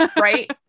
Right